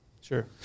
Sure